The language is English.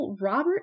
Robert